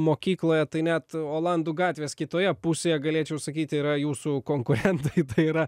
mokykloj tai net olandų gatvės kitoje pusėje galėčiau sakyti yra jūsų konkurentai tai yra